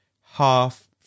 half